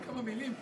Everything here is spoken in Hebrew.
תן לומר כמה מילים,